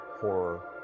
horror